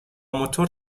موتور